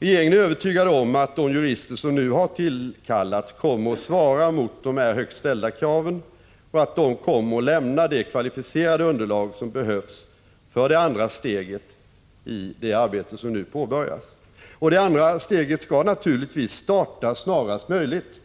Regeringen är övertygad om att de jurister som nu har tillkallats kommer att svara mot dessa högt ställda krav och att de kommer att lämna det kvalificerade underlag som behövs för det andra steget i det arbete som nu påbörjas. Det andra steget skall naturligtvis startas snarast möjligt.